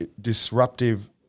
disruptive